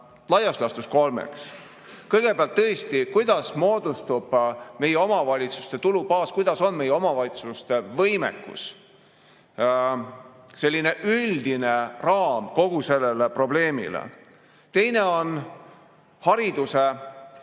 laias laastus kolmeks. Kõigepealt, kuidas moodustub meie omavalitsuste tulubaas, milline on meie omavalitsuste võimekus, selline üldine raam kogu sellele probleemile. Teine on hariduse rahastamine